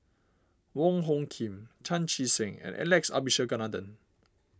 Wong Hung Khim Chan Chee Seng and Alex Abisheganaden